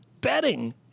betting